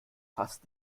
fast